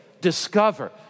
discover